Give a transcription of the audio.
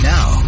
Now